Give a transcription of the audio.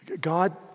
God